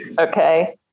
okay